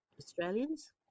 Australians